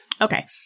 Okay